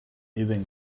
even